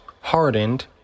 hardened